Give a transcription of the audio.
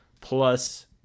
plus